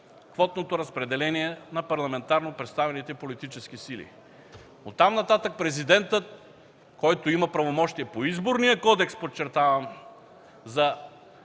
квотното разпределение на парламентарно представените политически сили. Оттам нататък Президентът, който има правомощия по Изборния кодекс, подчертавам за